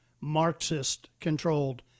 Marxist-controlled